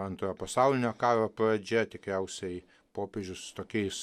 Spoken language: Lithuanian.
antrojo pasaulinio karo pradžia tikriausiai popiežius tokiais